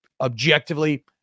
objectively